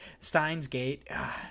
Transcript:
Steinsgate